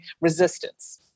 resistance